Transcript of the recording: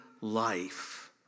life